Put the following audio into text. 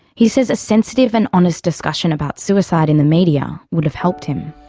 he says a sensitive and honest discussion about suicide in the media would have helped him.